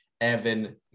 Evan